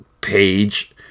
page